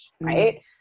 right